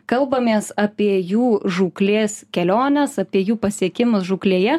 kalbamės apie jų žūklės keliones apie jų pasiekimus žūklėje